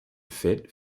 fit